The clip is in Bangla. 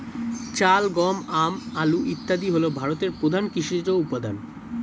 চাল, গম, আম, আলু ইত্যাদি হল ভারতের প্রধান কৃষিজ উপাদান